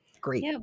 great